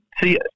see